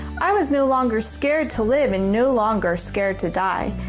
i was no longer scared to live and no longer scared to die.